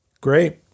Great